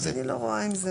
אני לא רואה עם זה בעיה.